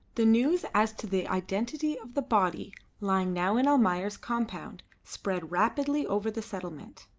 the news as to the identity of the body lying now in almayer's compound spread rapidly over the settlement.